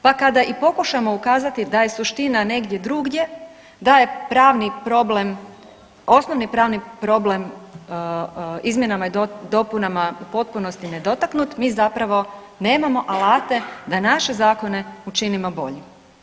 Pa kada i pokušamo ukazati da je suština negdje drugdje, da je pravni problem, osnovni pravni problem izmjenama i dopunama u potpunosti nedotaknut mi zapravo nemamo alate da naše zakone učinimo boljim.